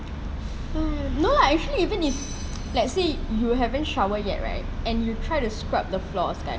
let's say you haven't shower yet right and you try to scrub the floors kan